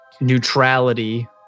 neutrality